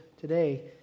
today